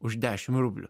už dešim rublių